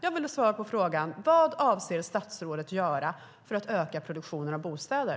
Jag vill ha svar på frågan: Vad avser statsrådet att göra för att öka produktionen av bostäder?